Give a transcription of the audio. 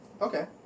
Okay